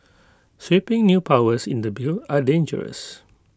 sweeping new powers in the bill are dangerous